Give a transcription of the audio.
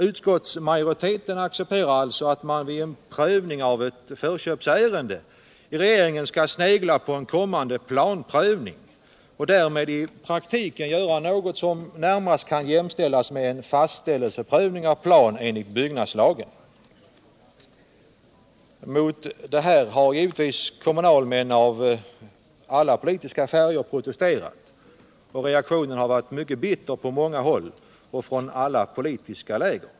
Utskottsmajoriteten accepterar alltså att man vid en prövning av ett förköpsärende i regeringen skall snegla på en kommande planprövning och därmed i praktiken göra något som närmast kan jämställas med en fastställelseprövning av plan enligt byggnadslagen. Mot detta har givetvis kommunalmän av alla politiska färger protesterat, och reaktionen har varit mycket bitter på många håll inom alla politiska läger.